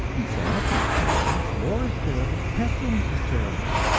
insanity is terrible, war is terrible, pestilence is terrible,